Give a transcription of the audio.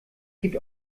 gibt